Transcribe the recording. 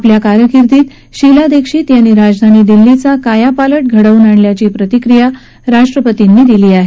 आपल्या कारकिर्दीत शीला दीक्षित यांनी राजधानी दिल्लीया कायापालट घडवून आणल्याची प्रतिक्रिया राष्ट्रपर्तीनी दिली आहे